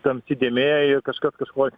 tamsi dėmė ir kažkas kažko